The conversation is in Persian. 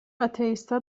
آتئیستا